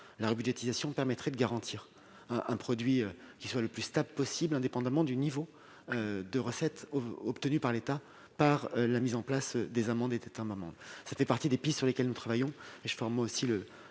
de rebudgétisation. Celle-ci permettrait de garantir un produit qui soit le plus stable possible, indépendamment du niveau de recettes obtenues par l'État la mise en place des amendes et des timbres-amendes. Cela fait partie des pistes sur lesquelles nous travaillons, et je forme moi aussi